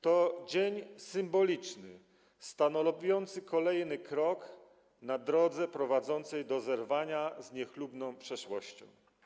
To dzień symboliczny, stanowiący kolejny krok na drodze prowadzącej do zerwania z niechlubną przeszłością.